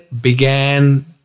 began